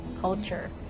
culture